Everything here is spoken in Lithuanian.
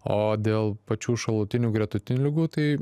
o dėl pačių šalutinių gretutinių ligų tai